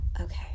okay